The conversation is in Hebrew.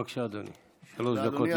בבקשה, אדוני, שלוש דקות לרשותך.